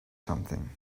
something